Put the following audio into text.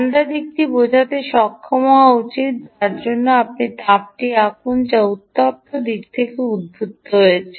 ঠাণ্ডা দিকটি বোঝাতে সক্ষম হওয়া উচিত যার অর্থ তাপটি আঁকুন যা উত্তপ্ত দিক থেকে উদ্ভূত হচ্ছে